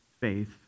faith